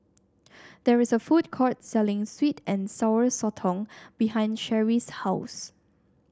there is a food court selling sweet and Sour Sotong behind Sherry's house